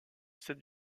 sept